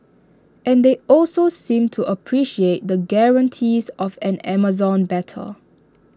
and they also seemed to appreciate the guarantees of an Amazon better